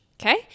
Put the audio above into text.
okay